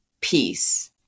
peace